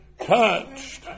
touched